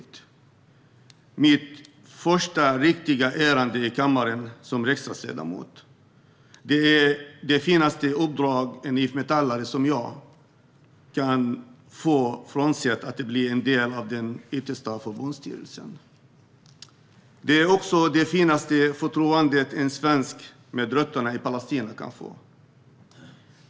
Detta är mitt första riktiga ärende i kammaren som riksdagsledamot. Det är det finaste uppdrag en IF Metallare som jag kan få, frånsett att bli en del av den yttersta förbundsledningen. Det är också det finaste förtroendet en svensk med rötterna i Palestina kan få.